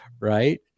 Right